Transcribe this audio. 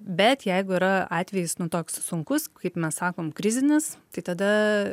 bet jeigu yra atvejis nu toks sunkus kaip mes sakom krizinis tai tada